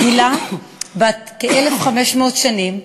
מגילה בת כ-1,500 שנים,